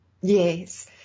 Yes